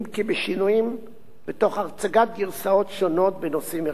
אם כי בשינויים ותוך הצגת גרסאות שונות בנושאים מרכזיים.